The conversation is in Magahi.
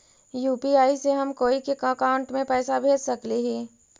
यु.पी.आई से हम कोई के अकाउंट में पैसा भेज सकली ही?